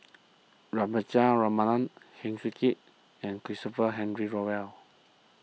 Heng Swee Keat and Christopher Henry Rothwell